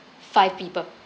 five people